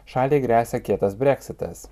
šaliai gresia kietas breksitas